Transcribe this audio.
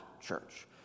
church